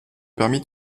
permis